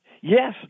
yes